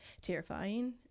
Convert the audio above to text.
terrifying